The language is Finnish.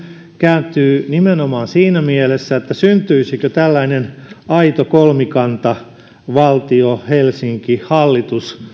kääntyy nimenomaan siinä mielessä syntyisikö tällainen aito kolmikanta valtio helsinki hallitus